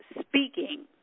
speaking